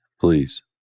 please